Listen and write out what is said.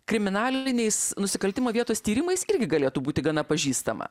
kriminaliniais nusikaltimų vietos tyrimais irgi galėtų būti gana pažįstama